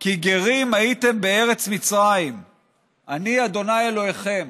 כי גרים הייתם בארץ מצרים אני ה' אלהיכם".